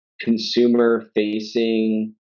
consumer-facing